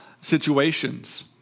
situations